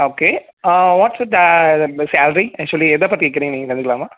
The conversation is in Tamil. okay ah what's of the salary actually எதை பற்றி கேட்குறீங்கன்னு தெரிஞ்சிக்கலாமா